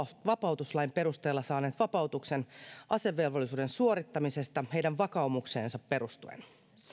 vapautuslain perusteella saaneet vapautuksen asevelvollisuuden suorittamisesta heidän vakaumukseensa perustuen